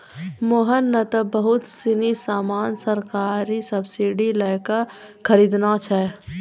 मोहन नं त बहुत सीनी सामान सरकारी सब्सीडी लै क खरीदनॉ छै